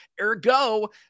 Ergo